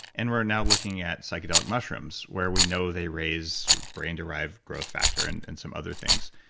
and we're now looking at psychedelic mushrooms where we know they raise brain derived growth factor and and some other things.